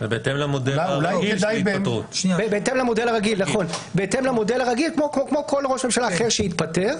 בהתאם למודל הרגיל כמו כל ראש ממשלה אחרי שהתפטר.